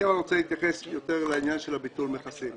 אני רוצה להתייחס יותר לעניין של ביטול המכסים.